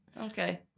okay